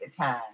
time